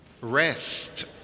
Rest